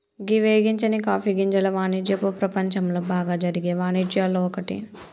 గీ వేగించని కాఫీ గింజల వానిజ్యపు ప్రపంచంలో బాగా జరిగే వానిజ్యాల్లో ఒక్కటి